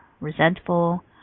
resentful